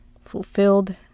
fulfilled